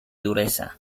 dureza